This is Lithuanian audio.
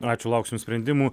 ačiū lauksim sprendimų